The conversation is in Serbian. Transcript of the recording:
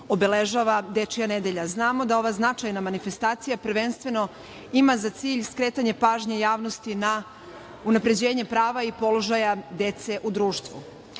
obeležava Dečija nedelja. Znamo da ova značajna manifestacija prvenstveno ima za cilj skretanje pažnje javnosti na unapređenje prava i položaja dece u društvu. Mi